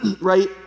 right